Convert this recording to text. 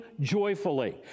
joyfully